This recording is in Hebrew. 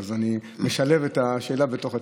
אז אני משלב את השאלה בתוך התשובה.